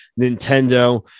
nintendo